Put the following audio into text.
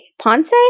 ponce